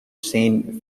saint